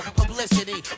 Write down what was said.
publicity